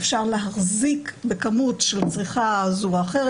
אפשר להחזיק בכמות של צריכה זו או אחרת.